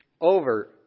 Over